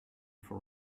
for